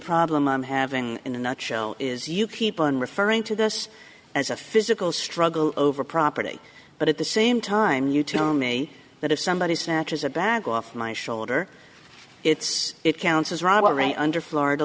problem i'm having in a nutshell is you keep on referring to this as a physical struggle over property but at the same time you tell me that if somebody snatches a bag off my shoulder it's it counts as robert ray under florida